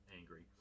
angry